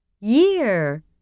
year